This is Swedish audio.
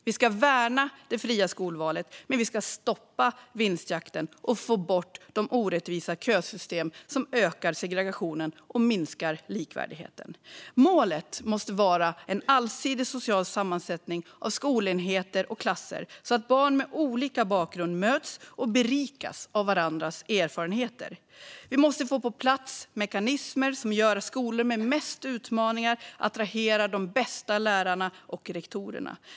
Vi ska värna det fria skolvalet, men vi ska stoppa vinstjakten och få bort de orättvisa kösystem som ökar segregationen och minskar likvärdigheten. Målet måste vara en allsidig social sammansättning av skolenheter och klasser så att barn med olika bakgrund möts och berikas av varandras erfarenheter. Vi måste få mekanismer på plats som gör att skolorna med flest utmaningar attraherar de bästa lärarna och rektorerna.